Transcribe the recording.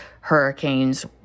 hurricanes